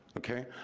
okay?